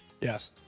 yes